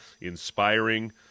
inspiring